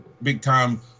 big-time